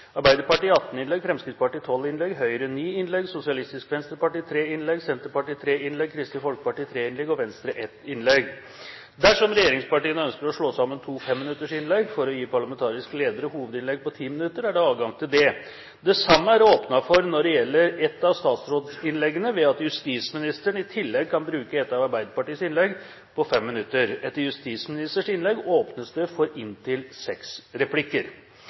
Arbeiderpartiet 18 innlegg, Fremskrittspartiet 12 innlegg, Høyre 9 innlegg, Sosialistisk Venstreparti 3 innlegg, Senterpartiet 3 innlegg, Kristelig Folkeparti 3 innlegg og Venstre 1 innlegg. Dersom regjeringspartiene ønsker å slå sammen to 5-minuttersinnlegg for å gi parlamentariske ledere hovedinnlegg på 10 minutter, er det adgang til det. Det samme er det åpnet for når det gjelder et av statsrådsinnleggene, ved at justisministeren i tillegg kan bruke et av Arbeiderpartiets innlegg på 5 minutter. Etter justisministerens innlegg åpnes det for inntil seks replikker.